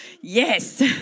Yes